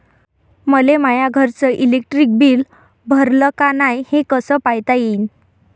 मले माया घरचं इलेक्ट्रिक बिल भरलं का नाय, हे कस पायता येईन?